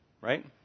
right